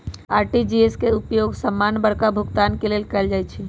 RTGS के उपयोग समान्य बड़का भुगतान सभ के लेल कएल जाइ छइ